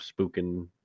spooking